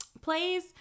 plays